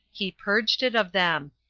he purged it of them.